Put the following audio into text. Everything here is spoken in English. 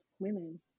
women